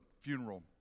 funeral